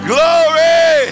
Glory